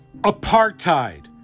apartheid